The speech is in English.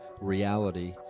reality